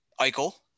Eichel